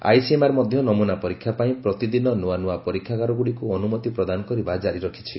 ICMR ମଧ୍ୟ ନମୁନା ପରୀକ୍ଷା ପାଇଁ ପ୍ରତିଦିନ ନୂଆନୂଆ ପରୀକ୍ଷାଗାରଗୁଡ଼ିକୁ ଅନୁମତି ପ୍ରଦାନ କରିବା ଜାରି ରଖିଛି